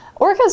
Orcas